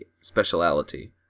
speciality